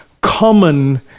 common